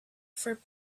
for